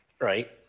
Right